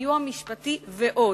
סיוע משפטי ועוד.